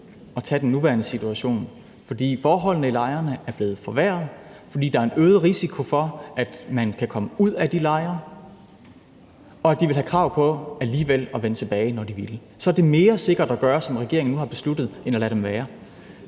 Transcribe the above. at tage den nuværende situation, fordi forholdene i lejrene er blevet forværret, og fordi der er en øget risiko for, at de kan komme ud af de lejre, og fordi de alligevel ville have krav på at vende tilbage, når de ville. Så er det mere sikkert at gøre, som regeringen nu har besluttet, end at lade dem være